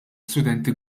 studenti